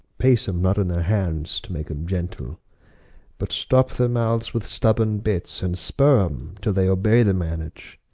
pace em not in their hands to make em gentle but stop their mouthes with stubborn bits and spurre em, till they obey the mannage.